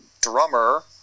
Drummer